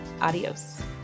Adios